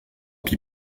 pis